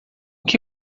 que